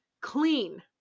clean